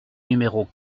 numéro